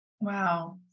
Wow